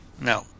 No